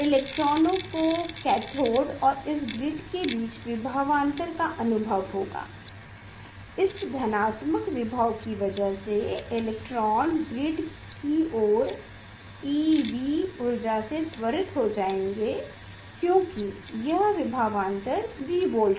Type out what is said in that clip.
इलेक्ट्रॉनों को कैथोड और इस ग्रिड के बीच विभावांतर का अनुभव होगा इस धनात्मक विभव की वजह से इलेक्ट्रॉन ग्रिड की ओर eV ऊर्जा से त्वरित हो जायेंगे क्योकि यह विभावांतर V वोल्ट्स है